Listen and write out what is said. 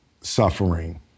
suffering